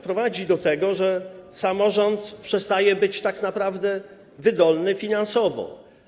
Prowadzi do tego, że samorząd przestaje być tak naprawdę wydolny finansowo.